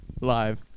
Live